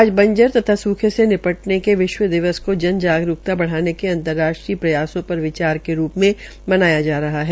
आज बंजर तथा सूखे से निपटने के विश्व दिवस को जन जागरूकता बढ़ाने के अंतर्राष्ट्रीय प्रयासों पर विचार के रूप में मनाया जा रहा है